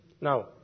Now